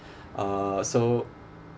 uh so